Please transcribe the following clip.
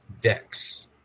decks